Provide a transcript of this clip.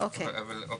אבל זה ייקח מלא זמן.